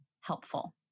helpful